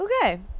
Okay